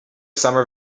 summer